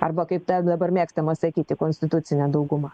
arba kaip dabar mėgstama sakyti konstitucinė dauguma